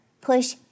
push